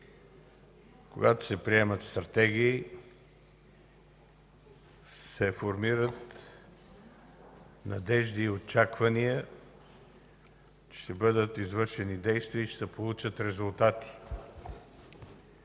Когато се приемат стратегии се формират надежди и очаквания, че ще бъдат извършени действия и ще се получат резултати.